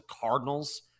Cardinals